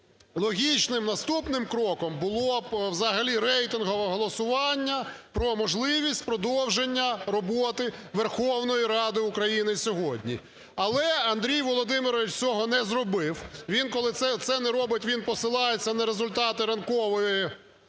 логічним наступним кроком було б взагалі рейтингове голосування про можливість продовження роботи Верховної Ради України сьогодні. Але Андрій Володимирович цього не зробив. Він, коли це не робить, він посилається на результати ранкової